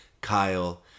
kyle